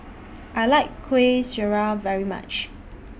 I like Kuih Syara very much